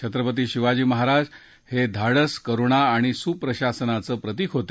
छत्रपती शिवाजी महाराज हे धाडस करुणा आणि सुप्रशासनाचं प्रतीक होते